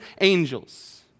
angels